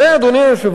אדוני היושב-ראש,